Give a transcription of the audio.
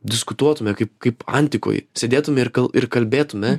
diskutuotume kaip kaip antikoj sėdėtume ir gal ir kalbėtume